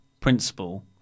principle